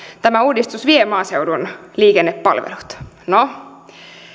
tämä uudistus vie maaseudun liikennepalvelut no